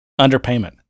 underpayment